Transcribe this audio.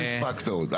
לא הספקת עוד.